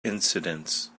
incidents